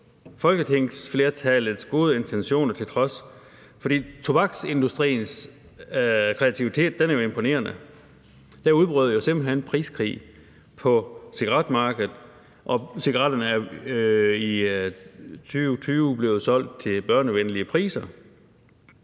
folketingsflertallets gode intentioner til trods, fordi tobaksindustriens kreativitet jo er imponerende. Der udbrød simpelt hen priskrig på cigaretmarkedet, og cigaretter er jo i 2020 blevet solgt til børnevenlige priser.